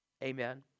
Amen